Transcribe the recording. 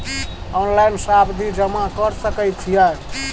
Online सावधि जमा कर सके छिये?